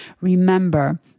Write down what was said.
Remember